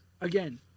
again